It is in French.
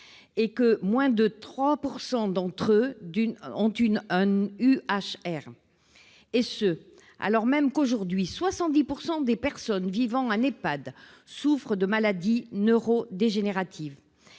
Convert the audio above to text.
et moins de 3 % d'entre eux d'une UHR, et ce alors même qu'aujourd'hui 70 % des personnes vivant en EHPAD souffrent de maladies neurodégénératives.